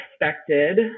expected